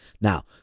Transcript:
Now